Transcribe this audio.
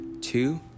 two